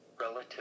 relative